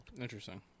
Interesting